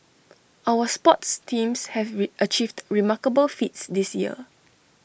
our sports teams have achieved remarkable feats this year